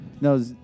No